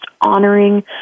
honoring